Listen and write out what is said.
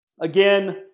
again